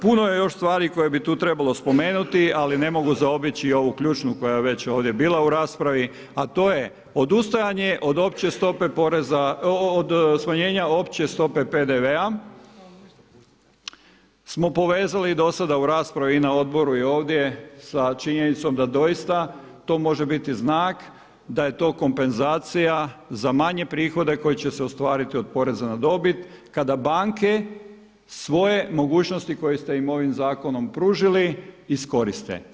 Puno je još stvari koje bi tu trebalo spomenuti, ali ne mogu zaobići ovu ključnu koja je već ovdje bila u raspravi, a to je – odustajanje od opće stope poreza, od smanjenja opće stope PDV-a smo povezali i do sada u raspravi i na Odboru i ovdje sa činjenicom da doista to može biti znak da je to kompenzacija za manje prihode koji će se ostvariti od poreza na dobit kada banke svoje mogućnosti, koje ste im ovim Zakonom pružili, iskoriste.